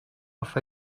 off